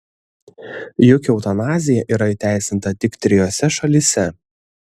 juk eutanazija yra įteisinta tik trijose šalyse